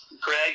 Greg